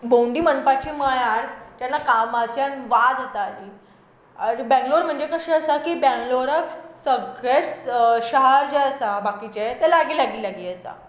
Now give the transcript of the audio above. भोवंडी म्हणपाची म्हळ्यार जेन्ना कामाच्यान वाज येता आनी बँगलोर म्हणजे कशें आसा की बँगलोराक सगळें स् शार जें आसा बाकीचें तें लागीं लागीं लागीं आसा